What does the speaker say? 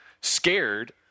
scared